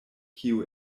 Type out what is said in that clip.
kiu